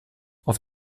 auf